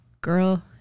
girl